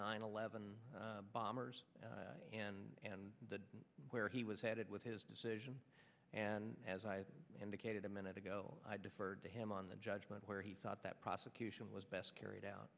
nine eleven bombers and the where he was headed with his decision and as i indicated a minute ago i deferred to him on the judgment where he thought that prosecution was best carried out